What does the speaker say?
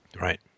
Right